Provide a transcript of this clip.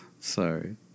Sorry